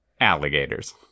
Alligators